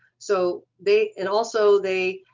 so they and also they